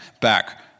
back